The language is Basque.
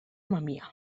mamia